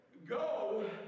Go